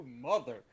mother